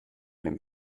dem